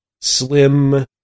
slim